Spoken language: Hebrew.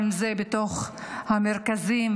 ואם זה בתוך המרכזים,